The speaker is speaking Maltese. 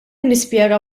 nispjega